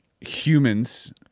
humans